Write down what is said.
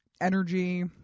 Energy